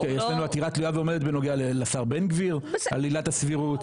יש לנו עתירה תלויה ועומדת בנוגע לשר בן גביר על עילת הסבירות.